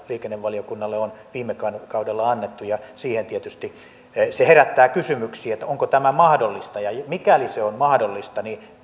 liikennevaliokunnalle on viime kaudella annettu se tietysti herättää kysymyksen onko tämä mahdollista ja ja mikäli se on mahdollista